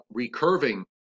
recurving